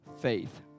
faith